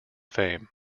fame